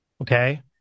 okay